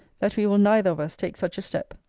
that we will neither of us take such a step.